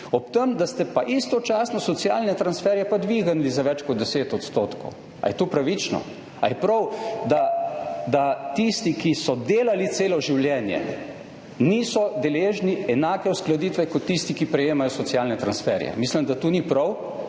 Ob tem, da ste pa istočasno dvignili socialne transferje za več kot 10 %. Ali je to pravično? Ali je prav, da tisti, ki so delali celo življenje, niso deležni enake uskladitve kot tisti, ki prejemajo socialne transferje? Mislim, da to ni prav